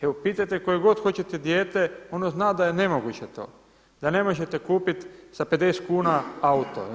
Evo pitajte koje god hoćete dijete, ono zna da je nemoguće to, da ne možete kupit sa 50 kuna auto.